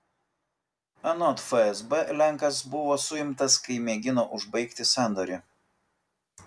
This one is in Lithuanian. anot fsb lenkas buvo suimtas kai mėgino užbaigti sandorį